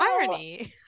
Irony